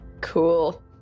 Cool